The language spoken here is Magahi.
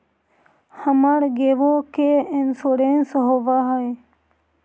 हमर गेयो के इंश्योरेंस होव है?